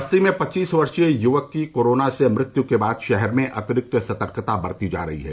बस्ती में पच्चीस वर्षीय युवक की कोरोना से मृत्यु के बाद शहर में अतिरिक्त सतर्कता बरती जा रही है